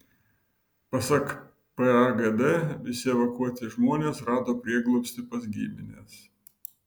pasak pagd visi evakuoti žmonės rado prieglobstį pas gimines